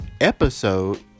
episode